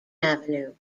avenue